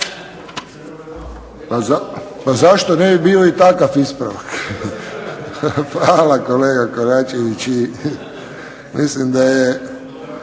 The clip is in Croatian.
Pa zašto ne bi bio i takav ispravak? Hvala kolega Koračević. Mislim da je